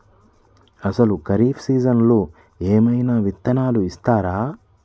అసలు ఖరీఫ్ సీజన్లో ఏమయినా విత్తనాలు ఇస్తారా?